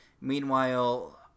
meanwhile